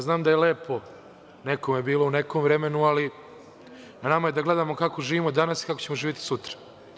Znam da je lepo nekome bilo u nekom vremenu, ali na nama je da gledamo kako živimo danas i kako ćemo živeti sutra.